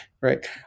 right